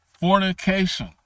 fornication